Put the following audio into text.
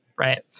Right